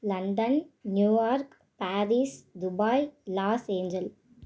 London New York Paris Dubai Los ஏன்ஜெல்